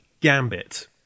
Gambit